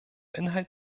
inhalt